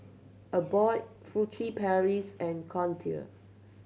Abbott Furtere Paris and Kordel's